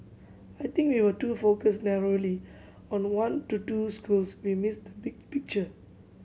I think if we were to focus narrowly on one to two schools we miss the big picture